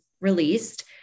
released